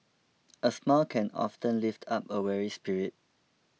a smile can often lift up a weary spirit